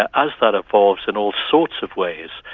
as that evolves in all sorts of ways,